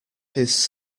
his